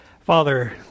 Father